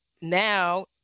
now